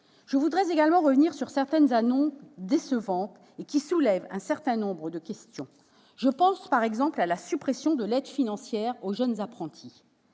Je voudrais également revenir sur certaines annonces décevantes, qui soulèvent un certain nombre de questions. Je pense par exemple à la suppression de l'aide financière aux jeunes apprentis.